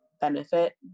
benefit